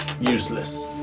useless